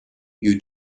you